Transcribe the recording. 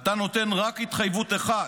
אתה נותן רק התחייבות אחת,